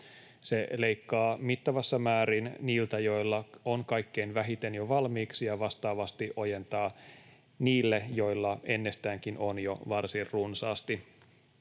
Se leikkaa mittavassa määrin niiltä, joilla on kaikkein vähiten jo valmiiksi, ja vastaavasti ojentaa niille, joilla ennestäänkin on jo varsin runsaasti.